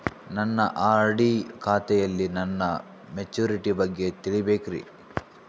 ನನ್ನ ಆರ್.ಡಿ ಖಾತೆಯಲ್ಲಿ ನನ್ನ ಮೆಚುರಿಟಿ ಬಗ್ಗೆ ತಿಳಿಬೇಕ್ರಿ